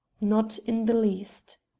not in the least.